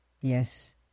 Yes